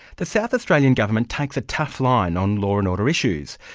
the south australian government takes a tough line on law and order issues.